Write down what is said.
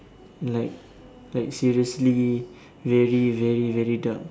like like seriously very very very dark